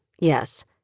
yes